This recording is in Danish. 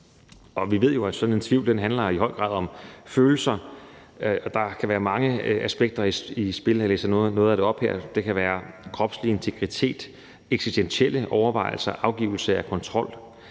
Vi ved jo, at sådan en tvivl i høj grad handler om følelser, og at der kan være mange aspekter i spil. Jeg læser nogle af dem op: Det kan være kropslig integritet, eksistentielle overvejelser, afgivelse af kontrol